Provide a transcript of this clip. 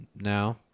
now